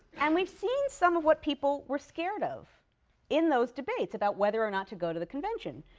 and we've seen some of what people were scared of in those debates about whether or not to go to the convention.